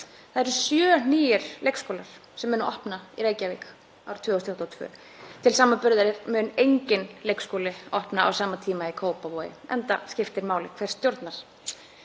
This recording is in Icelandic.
2021. Sjö nýir leikskólar verða opnaðir í Reykjavík árið 2022. Til samanburðar verður enginn leikskóli opnaður á sama tíma í Kópavogi enda skiptir máli hver stjórnar.